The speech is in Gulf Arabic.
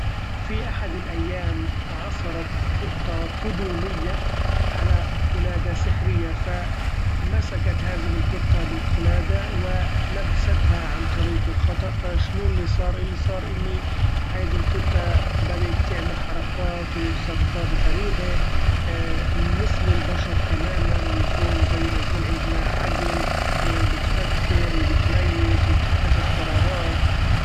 في أحد الأيام عثرت قطة فضولية على قلادة سحرية! ف مسكت هذه القطة بالقلادة ولبستها عن طريق الخطأ! ف شنو اللي صار؟ اللي صار إني هيدي القطة بدأت تعمل حركات وتصرفات غريبة مثل البشر تماما! ويكون زي ما يكون عندنا عقل وبتفكر وبتميز وبتتخذ قرارات!